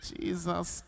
Jesus